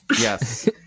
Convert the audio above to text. Yes